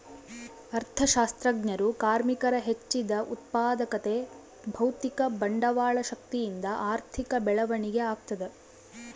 ಅರ್ಥಶಾಸ್ತ್ರಜ್ಞರು ಕಾರ್ಮಿಕರ ಹೆಚ್ಚಿದ ಉತ್ಪಾದಕತೆ ಭೌತಿಕ ಬಂಡವಾಳ ಶಕ್ತಿಯಿಂದ ಆರ್ಥಿಕ ಬೆಳವಣಿಗೆ ಆಗ್ತದ